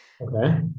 Okay